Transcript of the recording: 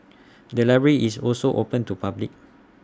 the library is also open to public